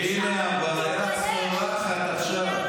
בושה שאתה שר בממשלת ישראל.